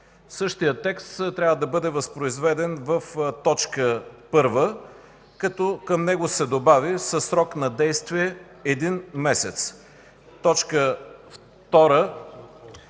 Същият текст трябва да бъде възпроизведен в т. 1, като към него се добави „със срок на действие един месец”. „2.